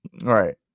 Right